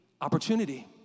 opportunity